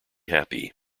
happy